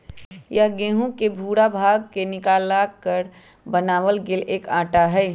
यह गेहूं के भूरा भाग के निकालकर बनावल गैल एक आटा हई